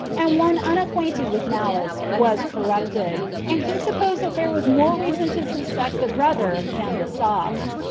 and one unacquainted with malice, was corrupted and he supposed that there was more reason to suspect the brother than the soft.